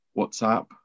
WhatsApp